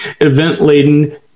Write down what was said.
event-laden